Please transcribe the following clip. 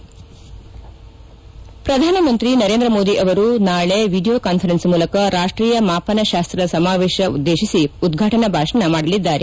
ಶ್ರಧಾನ ಮಂತ್ರಿ ನರೇಂದ್ರ ಮೋದಿ ಅವರು ನಾಳೆ ವಿಡಿಯೋ ಕಾನ್ವರೆನ್ಸ್ ಮೂಲಕ ರಾಷ್ಷೀಯ ಮಾಪನ ಶಾಸ್ತ ಸಮಾವೇಶ ಉದ್ದೇಶಿಸಿ ಉದ್ವಾಟನಾ ಭಾಷಣ ಮಾಡಲಿದ್ದಾರೆ